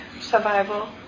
survival